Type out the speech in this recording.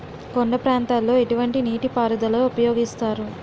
కొండ ప్రాంతాల్లో ఎటువంటి నీటి పారుదల ఉపయోగిస్తారు?